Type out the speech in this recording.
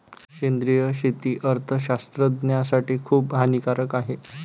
सेंद्रिय शेती अर्थशास्त्रज्ञासाठी खूप हानिकारक आहे